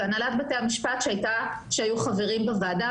והנהלת בתי המשפט שהיו חברים בוועדה,